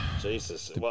Jesus